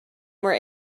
were